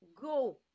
go